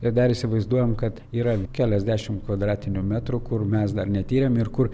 ir dar įsivaizduojam kad yra keliasdešimt kvadratinių metrų kur mes dar netyrėm ir kur